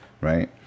right